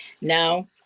now